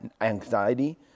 anxiety